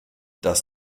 das